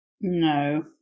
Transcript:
No